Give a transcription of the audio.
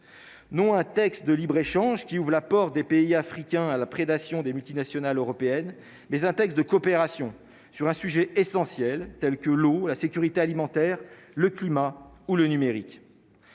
non à un texte de libre-échange qui ouvrent l'apport des pays africains à la prédation des multinationales européennes mais un texte de coopération sur un sujet essentiel, tels que l'eau, la sécurité alimentaire, le climat ou le numérique